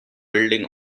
building